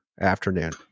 afternoon